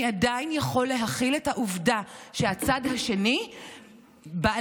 אני עדיין יכול להכיל את העובדה שהצד השני בעל